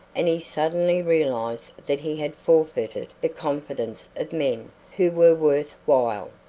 and he suddenly realized that he had forfeited the confidence of men who were worth while.